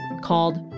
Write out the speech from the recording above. called